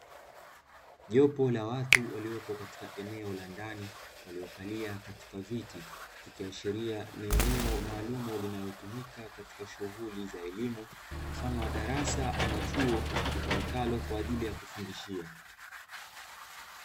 Jopo la watu waliopo katika eneo la ndani, waliokalia katika viti ikiashiria ni eneo maalumu linalotumika katika shughuli za elimu mfano wa darasa ama chuo litumikalo kwa ajili ya kufundishia.